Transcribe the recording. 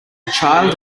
child